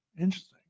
Interesting